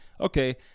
Okay